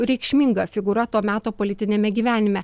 reikšminga figūra to meto politiniame gyvenime